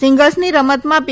સિંગલ્સની રમતમાં પી